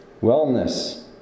wellness